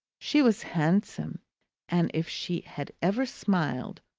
she was handsome and if she had ever smiled,